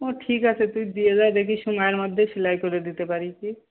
ও ঠিক আছে তুই দিয়ে যা দেখি সময়ের মধ্যে সেলাই করে দিতে পারি কি